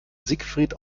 siegfried